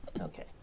Okay